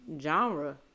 genre